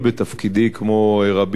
כמו רבים לפני,